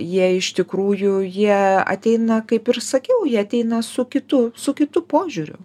jie iš tikrųjų jie ateina kaip ir sakiau jie ateina su kitu su kitu požiūriu